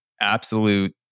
absolute